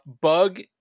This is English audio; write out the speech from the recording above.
bug